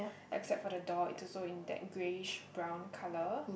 except for the door it is also in that greyish brown colour